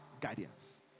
Guidance